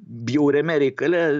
bjauriame reikale